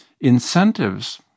incentives